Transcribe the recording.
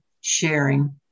sharing